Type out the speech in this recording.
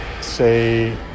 say